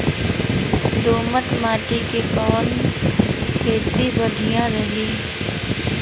दोमट माटी में कवन खेती बढ़िया रही?